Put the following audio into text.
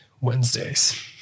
Wednesdays